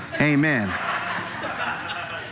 Amen